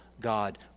God